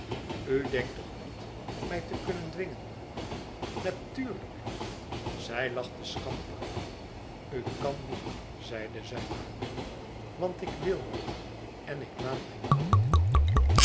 denkt toch niet mij te kunnen dwingen natuurlijk zij lachte schamper u kan niet zeide zij luid want ik wil niet en ik laat mij niet dwingen